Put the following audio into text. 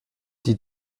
die